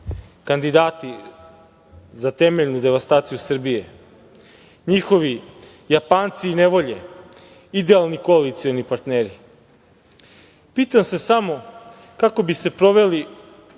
kandidati za temeljnu devastaciju Srbije, njihovi Japanci i nevolji, idealni koalicioni partneri. Pitam se samo – kako bi se proveli